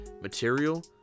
material